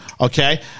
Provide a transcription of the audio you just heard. okay